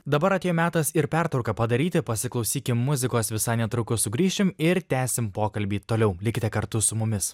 dabar atėjo metas ir pertrauką padaryti pasiklausykim muzikos visai netrukus sugrįšim ir tęsim pokalbį toliau likite kartu su mumis